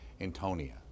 Antonia